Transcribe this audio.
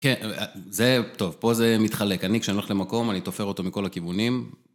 כן, זה, טוב, פה זה מתחלק, אני כשאני הולך למקום, אני תופר אותו מכל הכיוונים.